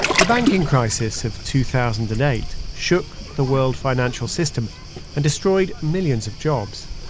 the banking crisis of two thousand and eight shook the world financial system and destroyed millions of jobs.